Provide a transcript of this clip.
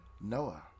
Noah